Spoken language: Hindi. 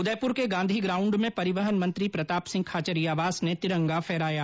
उदयपुर के गांधी ग्राउंड में परिवहन मंत्री प्रताप सिंह खाचरियावास ने तिरंगा फहराया